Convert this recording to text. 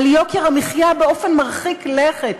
ליוקר המחיה באופן מרחיק לכת,